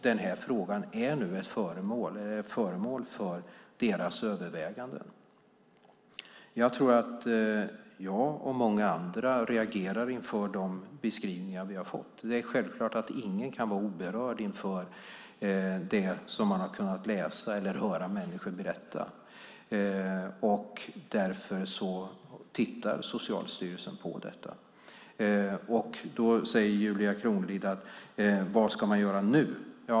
Den här frågan är nu föremål för deras överväganden. Jag tror att jag och många andra reagerar inför de beskrivningar vi har fått. Det är självklart att ingen kan vara oberörd inför det som man har kunnat läsa eller höra människor berätta. Därför tittar Socialstyrelsen på detta. Julia Kronlid frågar vad man ska göra nu.